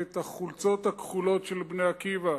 את החולצות הכחולות של "בני עקיבא",